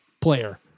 player